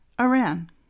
Iran